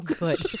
good